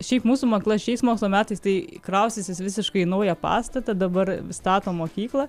šiaip mūsų mokykla šiais mokslo metais tai kraustysis visiškai naują pastatą dabar stato mokyklą